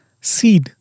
seed